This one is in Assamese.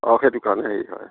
অঁ সেইটো কাৰণে হেৰি হয়